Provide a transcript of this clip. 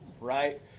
right